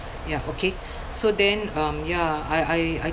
ya okay so then um ya I I I